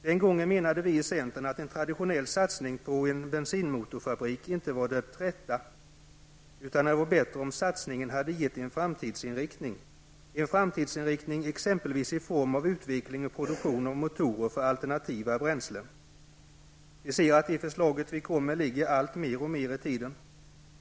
Den gången menade vi i centern att en traditionell satsning på en bensinmotorfabrik inte varit det rätta utan att det hade varit bättre om satsningen hade getts en framtidsinriktning, exempelvis i form av utveckling och produktion av motorer för alternativa bränslen. Vi ser att vårt förslag ligger allt mer i tiden.